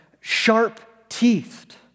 sharp-teethed